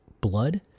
blood